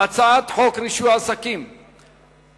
את הצעת חוק רישוי עסקים (תיקון,